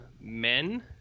Men